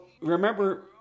remember